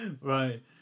Right